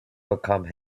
become